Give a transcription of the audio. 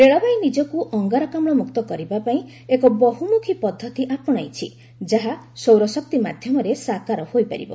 ରେଳବାଇ ନିଜକୁ ଅଙ୍ଗାରକାମୁ ମୁକ୍ତ କରିବାପାଇଁ ଏକ ବହୁମୁଖୀ ପଦ୍ଧତି ଆପଣେଇଛି ଯାହା ସୌରଶକ୍ତି ମାଧ୍ୟମରେ ସାକାର ହୋଇପାରିବ